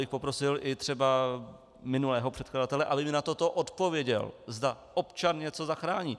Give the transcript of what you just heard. A já bych poprosil i třeba minulého předkladatele, aby mi na toto odpověděl, zda občan něco zachrání.